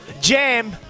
Jam